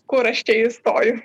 kur aš čia įstojau